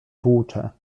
tłucze